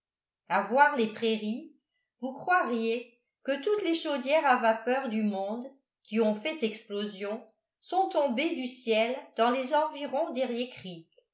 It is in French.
voir les prairies vous croiriez que toutes les chaudières à vapeur du monde qui ont fait explosion sont tombées du ciel dans les environs d'eriécreek